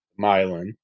myelin